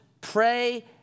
pray